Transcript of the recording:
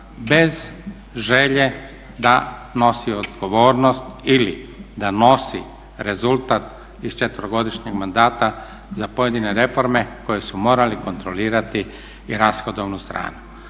bez želje da nosi odgovornost ili da nosi rezultat iz četverogodišnjeg mandata za pojedine reforme koje su morali kontrolirati i rashodovnu stranu.